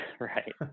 right